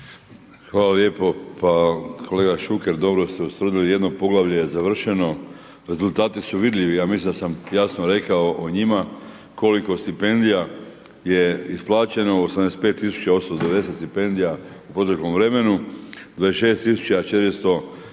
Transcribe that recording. Hvala lijepo. Pa kolega Šuker, dobro ste ustvrdili. Jedno poglavlje je završeno, rezultati su vidljivi. Ja mislim da sam jasno rekao o njima koliko stipendija je isplaćeno, 85 tisuća 890 stipendija u proteklom vremenu, 26411